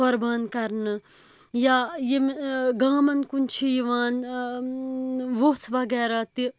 قُۄربان کَرنہٕ یا یِم گامَن کُن چھِ یِوان ٲں ووٚژھ وَغیرَہ تہِ